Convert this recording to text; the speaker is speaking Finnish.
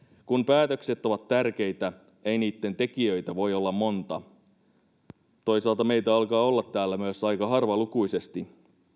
kun päätökset ovat tärkeitä ei niitten tekijöitä voi olla monta toisaalta meitä alkaa olla täällä myös aika harvalukuisesti